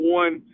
one